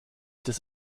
des